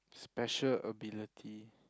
special ability